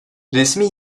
resmi